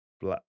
black